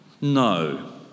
No